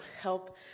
help